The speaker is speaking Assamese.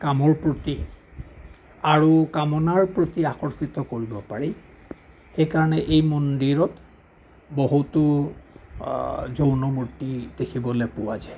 কামৰ প্ৰতি আৰু কামনাৰ প্ৰতি আকৰ্ষিত কৰিব পাৰি সেই কাৰণে এই মন্দিৰত বহুতো যৌনমূৰ্তি দেখিবলৈ পোৱা যায়